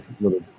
little